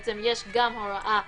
יש לי הערה,